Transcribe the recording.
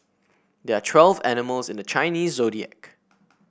there are twelve animals in the Chinese Zodiac